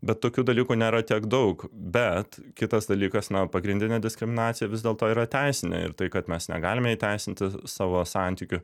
bet tokių dalykų nėra tiek daug bet kitas dalykas na pagrindinė diskriminacija is dėlto yra teisinė ir tai kad mes negalime įteisinti savo santykių